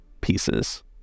pieces